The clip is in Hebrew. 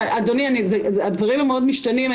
הדברים הם מאוד משתנים.